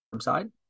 side